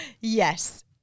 Yes